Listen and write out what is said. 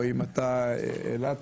או אם אתה אילתי,